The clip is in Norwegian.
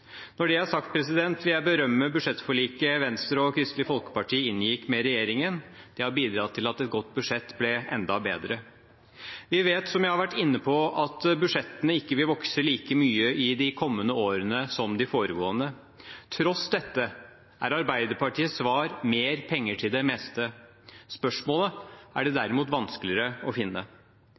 Når det er sagt, vil jeg berømme budsjettforliket Venstre og Kristelig Folkeparti inngikk med regjeringen. Det har bidratt til at et godt budsjett ble enda bedre. Vi vet, som jeg har vært inne på, at budsjettene ikke vil vokse like mye de kommende årene som de foregående. Tross dette er Arbeiderpartiets svar mer penger til det meste. Spørsmålet er det derimot vanskeligere å finne.